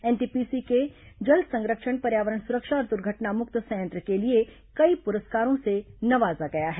NTPC को जल संरक्षण पर्यावरण सुरक्षा और दुर्घटनामुक्त संयंत्र के लिए कई पुरस्कारों से नवाजा गया है